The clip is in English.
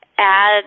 add